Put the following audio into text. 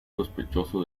sospechoso